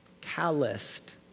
calloused